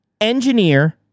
engineer